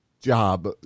job